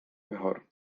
mejor